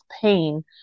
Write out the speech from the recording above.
pain